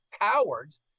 cowards